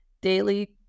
daily